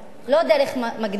לא דרך מגננה.